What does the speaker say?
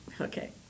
Okay